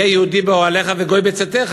היה יהודי באוהליך וגוי בצאתך.